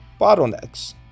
bottlenecks